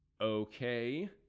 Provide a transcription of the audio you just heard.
okay